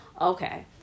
okay